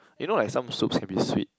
you know like some soups can be sweet